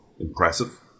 impressive